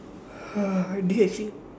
I didn't actually